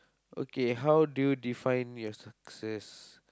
okay how do you define your success